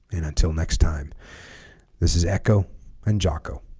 and until next time this is echo and jocko